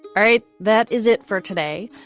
right. that is it for today.